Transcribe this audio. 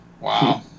Wow